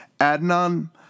Adnan